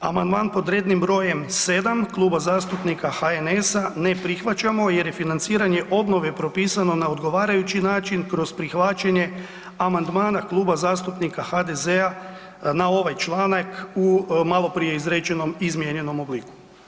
Amandman pod rednim br. 7. Kluba zastupnika HNS-a ne prihvaćamo jer je financiranje obnove propisano na odgovarajući način kroz prihvaćanje amandmana Kluba zastupnika HDZ-a na ovaj članak u maloprije izrečenom izmijenjenom obliku.